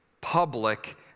public